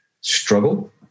struggle